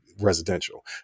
residential